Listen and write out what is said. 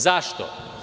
Zašto?